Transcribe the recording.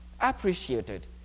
appreciated